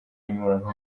n’imibonano